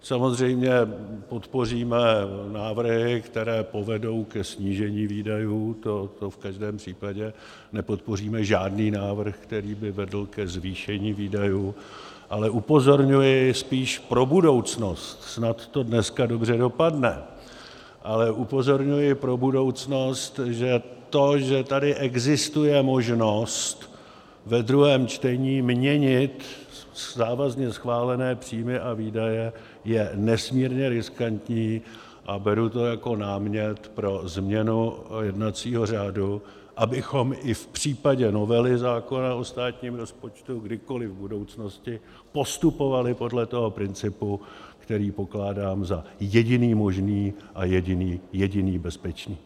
Samozřejmě podpoříme návrhy, které povedou ke snížení výdajů, to v každém případě, nepodpoříme žádný návrh, který by vedl ke zvýšení výdajů, ale upozorňuji spíš pro budoucnost snad to dneska dobře dopadne ale upozorňuji pro budoucnost, že to, že tady existuje možnost ve druhém čtení měnit závazně schválené příjmy a výdaje, je nesmírně riskantní, a beru to jako námět pro změnu jednacího řádu, abychom i v případě novely zákona o státním rozpočtu kdykoliv v budoucnosti postupovali podle toho principu, který pokládám za jediný možný a jediný bezpečný.